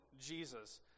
Jesus